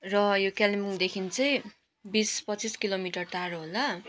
र यो कालिम्पोङदेखि चाहिँ बिस पच्चीस किलोमीटर टाढो होला